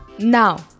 Now